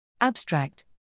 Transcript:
Abstract